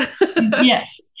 Yes